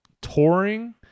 touring